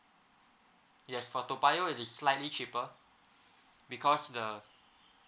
yes for toa payoh it is slightly cheaper because the